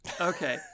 Okay